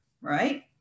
right